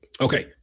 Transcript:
Okay